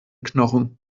knochen